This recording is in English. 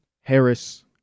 Harris